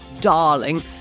darling